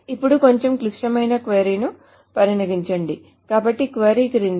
ఇప్పుడు కొంచెం క్లిష్టమైన క్వరీ ను పరిగణించండి కాబట్టి క్వరీ క్రిందిది